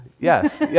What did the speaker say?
Yes